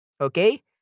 Okay